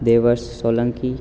Devarsh Solanki